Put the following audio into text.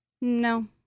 No